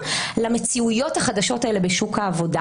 למציאויות החדשות האלה בשוק העבודה.